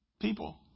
people